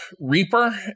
Reaper